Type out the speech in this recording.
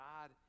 God